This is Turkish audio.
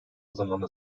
zamanla